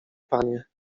panie